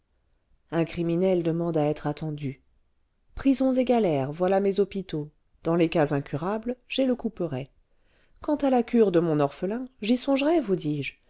un criminel demande à être attendu prisons et galères voilà mes hôpitaux dans les cas incurables j'ai le couperet quant à la cure de mon orphelin j'y songerai vous dis-je